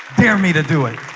dare me to do it